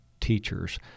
teachers